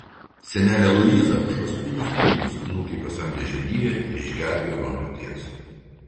senelė luiza už paskutinius pinigus anūkei pasamdė žindyvę ir išgelbėjo nuo mirties